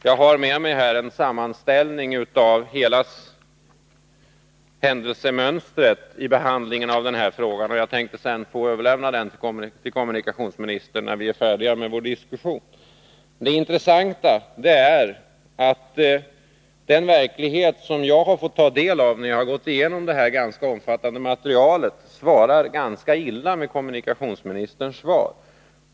Jag har med mig en sammanställning av hela händelseförloppet vid behandlingen av den här frågan, och jag tänkte få överlämna den till kommunikationsministern, när vi är färdiga med vår diskussion. Den verklighet jag har fått ta del av när jag har gått igenom materialet stämmer illa med kommunikationsministerns svar.